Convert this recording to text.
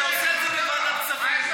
אתה עושה את זה בוועדת הכספים,